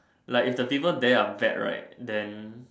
like if the people there are bad right then